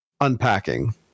unpacking